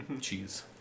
Cheese